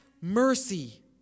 mercy